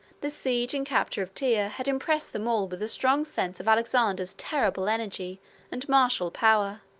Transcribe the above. the siege and capture of tyre had impressed them all with a strong sense of alexander's terrible energy and martial power,